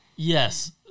Yes